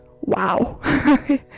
Wow